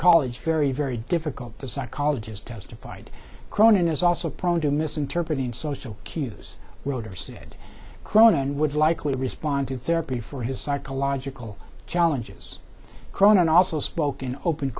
college very very difficult the psychologist testified cronin is also prone to misinterpreting social cues roeder said cronin would likely respond to therapy for his psychological challenges cronan also spoke in open